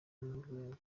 n’urwego